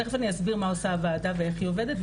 תכף אני אסביר מה עושה הוועדה ואיך היא עובדת,